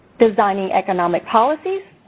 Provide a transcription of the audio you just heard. designing economic policies,